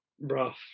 rough